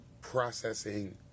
processing